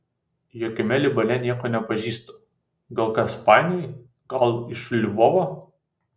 jokiame libane nieko nepažįstu gal ką supainiojai gal iš lvovo